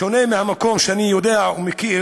שונה מהמקום שאני יודע ומכיר.